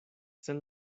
sen